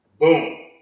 Boom